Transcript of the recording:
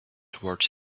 toward